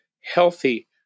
healthy